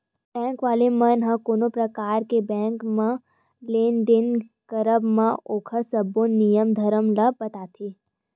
bank वाला मन ह कोनो परकार ले बेंक म लेन देन के करब म ओखर सब्बो नियम धरम ल बताथे